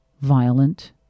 violent